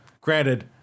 Granted